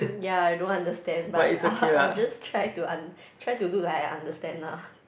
ya I don't understand but I'll I'll just try to und~ try to look like I understand lah